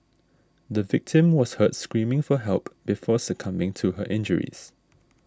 the victim was heard screaming for help before succumbing to her injuries